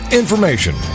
information